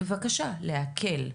בבקשה להקל.